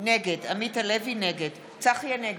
נגד צחי הנגבי,